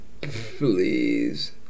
Please